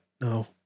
No